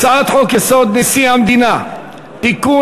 הצעת חוק-יסוד: נשיא המדינה (תיקון,